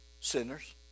Sinners